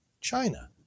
China